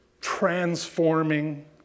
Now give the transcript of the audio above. transforming